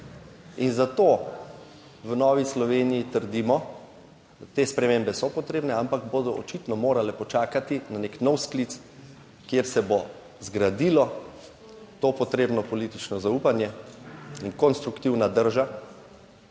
in zato v Novi Sloveniji trdimo, da te spremembe so potrebne, ampak bodo očitno morale počakati na nek nov sklic, kjer se bo zgradilo to potrebno politično zaupanje in konstruktivna drža